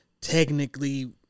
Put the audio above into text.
technically